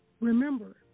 remember